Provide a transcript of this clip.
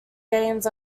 games